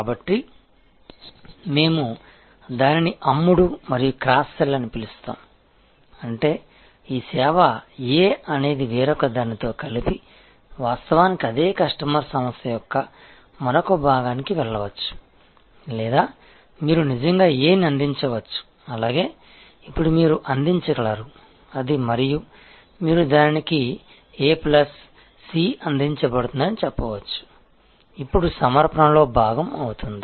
కాబట్టి మేము దానిని అమ్ముడు మరియు క్రాస్ సెల్ అని పిలుస్తాము అంటే ఈ సేవ A అనేది వేరొకదానితో కలిపి వాస్తవానికి అదే కస్టమర్ సంస్థ యొక్క మరొక భాగానికి వెళ్ళవచ్చు లేదా మీరు నిజంగా A ని అందించవచ్చు అలాగే ఇప్పుడు మీరు అందించగలరు అది మరియు మీరు దానికి A ప్లస్ C అందించబడుతుందని చెప్పవచ్చు ఇప్పుడు సమర్పణలో భాగం అవుతుంది